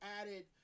added